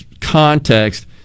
context